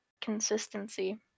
consistency